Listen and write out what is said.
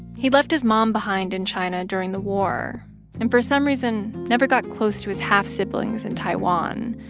he left his mom behind in china during the war and for some reason never got close to his half-siblings in taiwan.